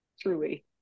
truly